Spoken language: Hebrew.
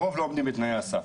הרוב לא עומדים בתנאי הסף.